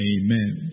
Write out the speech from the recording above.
Amen